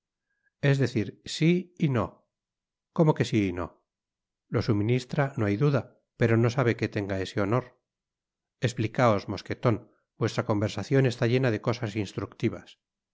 es decir si y no como que si y no lo suministra no hay duda pero no sabe que tenga ese honor ksplicaos mosqueton vuestra conversacion está llena de cosas instructivas